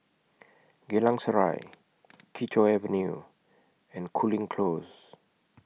Geylang Serai Kee Choe Avenue and Cooling Close